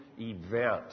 event